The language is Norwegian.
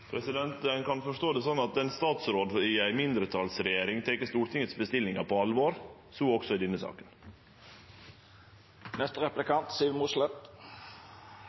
i ei mindretalsregjering tek Stortingets bestillingar på alvor, så òg i denne